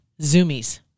zoomies